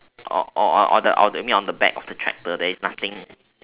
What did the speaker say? or or or the or the you mean on the back of the tractor there is nothing